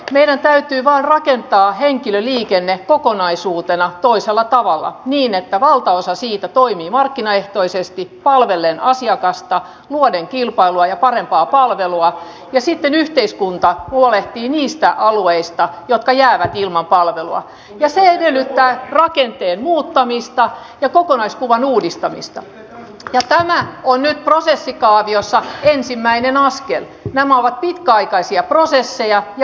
meidän täytyy vaan rakentaa henkilöliikenne kokonaisuutena toisella tavalla niin että valtaosa siitä toimii markkinaehtoisesti palvellen asiakkaista vuoden kilpailua ja parempaa palvelua ja sitten yhteiskunta huolehtii niistä alueista jotka jäävät ilman palvelua ja se heitetään rakenteen muuttamista ja kokonaiskuvan uudistamista ja tämä on nyt prosessikaaviossa ensimmäinen askel nämä ovat pitkäaikaisia prosesseja ja